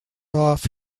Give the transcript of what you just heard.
off